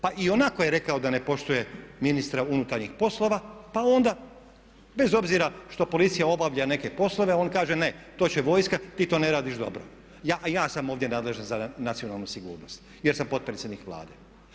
Pa ionako je rekao da ne poštuje ministra unutarnjih poslova pa onda bez obzira što policija obavlja neke poslove on kaže ne, to će vojska, ti to ne radiš dobro, a ja sam ovdje nadležan za nacionalnu sigurnost jer sam potpredsjednik Vlade.